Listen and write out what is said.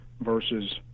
versus